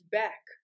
back